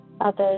others